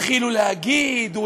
התחילו להגיד: הוא